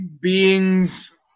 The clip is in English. Beings